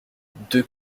deux